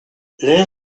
lehen